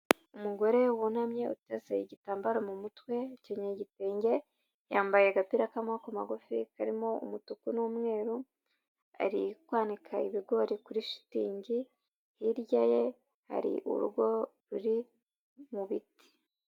Umugore wunamye uteze igitambaro mu mutwe, akenyeye igitenge, yambaye agapira k'amaboko magufi karimo umutuku n'umweru, ari kwanika ibigori kuri shitingi hirya ye hari urugo ruri mu biti.